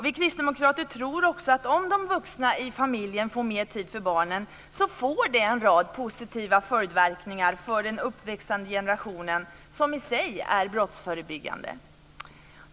Vi kristdemokrater tror också att om de vuxna i familjen får mer tid för barnen får det en rad positiva följdverkningar för den uppväxande generationen som i sig är brottsförebyggande.